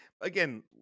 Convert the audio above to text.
again